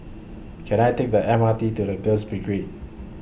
Can I Take The M R T to The Girls